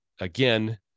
again